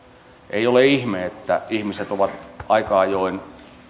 ei ole ihme että ihmiset ovat aika ajoin